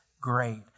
great